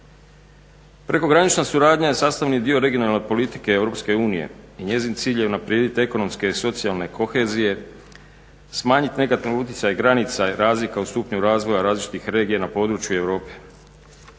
Prekogranična suradnja je sastavni dio regionalne politike EU i njezin cilj je unaprijediti ekonomske i socijalne kohezije, smanjiti negativan utjecaj granica i razlika u stupnju razvoja različitih regija na području Europe,